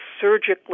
surgically